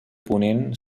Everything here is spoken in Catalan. ponent